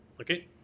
okay